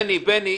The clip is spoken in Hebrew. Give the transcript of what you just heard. בני, בני.